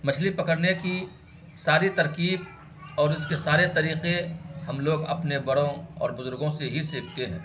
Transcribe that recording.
مچھلی پکڑنے کی ساری ترکیب اور اس کے سارے طریقے ہم لوگ اپنے بڑوں اور بزرگوں سے ہی سیکھتے ہیں